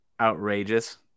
outrageous